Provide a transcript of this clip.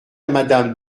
madame